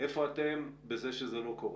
איפה אתם בכך שזה לא קורה.